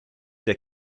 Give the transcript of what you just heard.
der